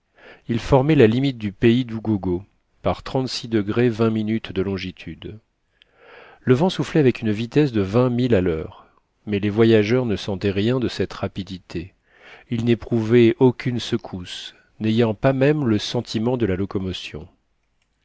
il formait la limite du pays d'ugogo par de longitude le vent soufflait avec une vitesse de vingt milles à l'heure mais les voyageurs ne sentaient rien de cette rapidité ils n'éprouvaient aucune secousse n'ayant pas même le sentiment de la locomotion